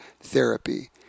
therapy